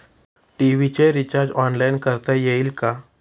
TV चे recharge online करता येईल का?